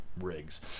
rigs